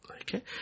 okay